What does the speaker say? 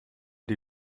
die